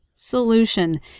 solution